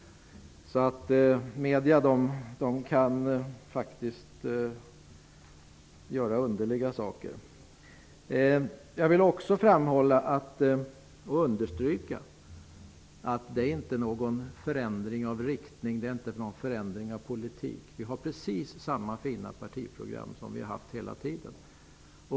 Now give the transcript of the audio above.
Medierna kan verkligen rapportera på ett underligt sätt! Jag vill också understryka att vi inte har för avsikt att förändra partiets riktning eller att förändra vår politik. Vi har precis samma fina partiprogram som vi har haft hela tiden.